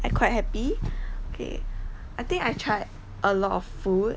I quite happy okay I think I tried a lot of food